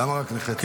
למה רק נכי צה"ל?